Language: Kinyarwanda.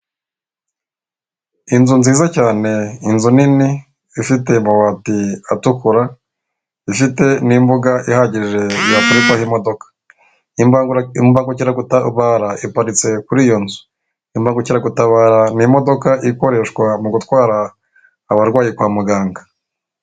Inzu nziza cyane inzu nini ifite amabati atukura ifite n'imbuga ihagije yaparikwaho imodoka, imbagukiragutabara iparitse kuri iyo nzu . iImbangukiragutabara ni imodoka ikoreshwa mu gutwara abarwayi kwa muganga .